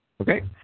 Okay